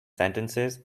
sentences